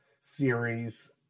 series